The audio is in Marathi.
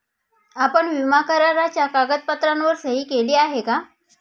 आपण विमा कराराच्या कागदपत्रांवर सही केली आहे का?